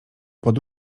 pod